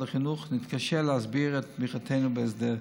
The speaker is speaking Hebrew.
החינוך נתקשה להסביר את תמיכתנו בהסדר.